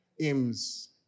aims